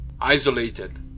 Isolated